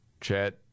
Chat